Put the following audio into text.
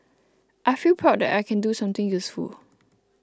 I feel proud that I can do something useful